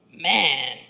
man